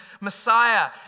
Messiah